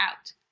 out